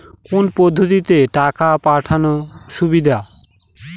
কোন পদ্ধতিতে টাকা পাঠানো সুবিধা?